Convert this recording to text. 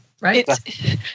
right